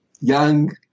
young